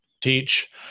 teach